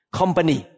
company